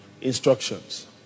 Instructions